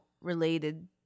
related